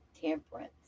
temperance